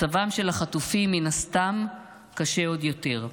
מצבם של החטופים מן הסתם קשה עוד יותר.